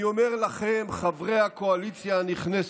אני אומר לכם, חברי הקואליציה הנכנסת,